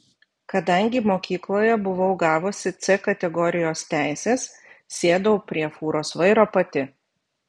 kadangi mokykloje buvau gavusi c kategorijos teises sėdau prie fūros vairo pati